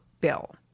bill